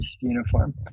uniform